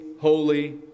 holy